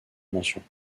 mentions